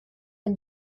and